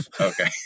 Okay